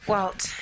Walt